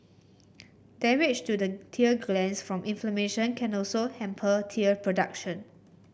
damage to the tear glands from inflammation can also hamper tear production